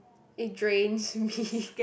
it drains me